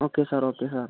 okay sir okay sir